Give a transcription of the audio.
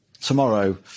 tomorrow